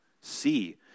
See